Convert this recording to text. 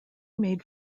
made